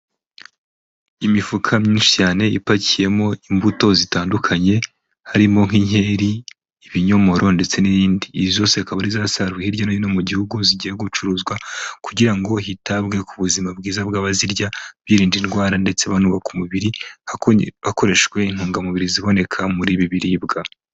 Imifuka myinshi cyane ipakiyemo imbuto zitandukanye, harimo nk'inkeri, ibinyomoro ndetse n'izindi. Izi zose zikaba ari izasaruwe hirya no hino mu gihugu, zigiye gucuruzwa kugira ngo hitabwe ku buzima bwiza bw'abazirya, birinda indwara ndetse banubaka umubiri, hakoreshejwe intungamubiri ziboneka muri ibi biribwa.